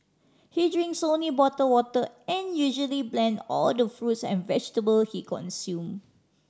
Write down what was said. he drinks only bottle water and usually blend all the fruits and vegetable he consume